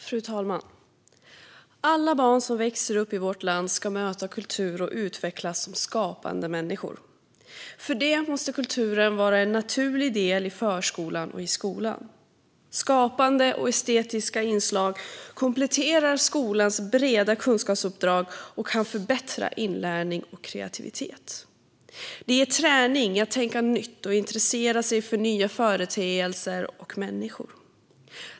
Fru talman! Alla barn som växer upp i vårt land ska möta kultur och utvecklas som skapande människor. Då måste kulturen vara en naturlig del i förskolan och i skolan. Skapande och estetiska inslag kompletterar skolans breda kunskapsuppdrag och kan förbättra inlärning och kreativitet. Det ger träning i att tänka nytt och intressera sig för nya företeelser och människor.